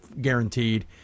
guaranteed